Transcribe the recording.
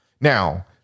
Now